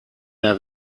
der